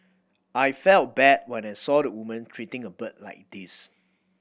I felt bad when I saw the woman treating a bird like this